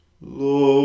Lord